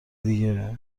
دیگه